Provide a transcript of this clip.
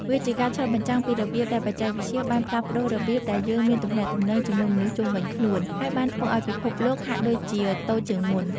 វាជាការឆ្លុះបញ្ចាំងពីរបៀបដែលបច្ចេកវិទ្យាបានផ្លាស់ប្តូររបៀបដែលយើងមានទំនាក់ទំនងជាមួយមនុស្សជុំវិញខ្លួន ហើយបានធ្វើឲ្យពិភពលោកហាក់ដូចជាតូចជាងមុន។